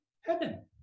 heaven